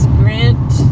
grant